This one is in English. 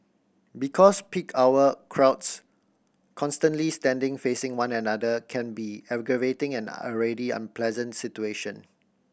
because peak hour crowds constantly standing facing one another can be aggravating and already unpleasant situation